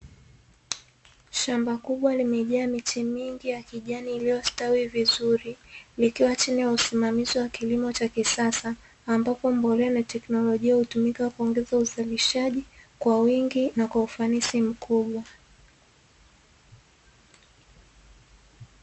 Shamba kubwa limejaa miche mingi ya kijani, iliyostawi vizuri likiwa chini ya usimamizi wa kilimo cha kisasa, ambapo mbolea na teknolojia hutumika kuongeza uzalishaji kwa wingi na kwaufanisi mkubwa.